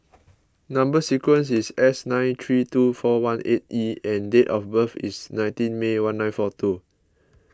Number Sequence is S nine three two four one eight E and date of birth is nineteen May one nine four two